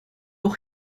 auch